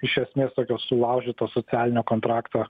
iš esmės tokio sulaužyto socialinio kontrakto